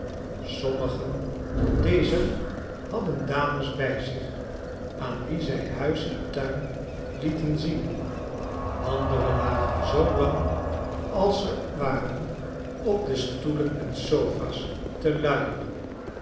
sommigen dezer hadden dames bij zich aan wie zij huis en tuin lieten zien andere lagen zoo lang als ze waren op de stoelen en sofa's te luieren